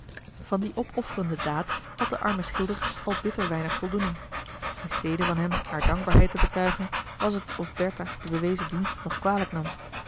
van die opofferende daad had de arme schilder al bitter weinig voldoening in stede van hem haar dankbaarheid te betuigen was t of bertha den bewezen dienst nog kwalijknam